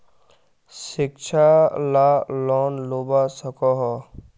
शिक्षा ला लोन लुबा सकोहो?